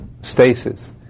stasis